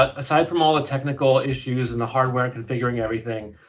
ah aside from all the technical issues, and the hardware, configuring everything,